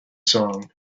song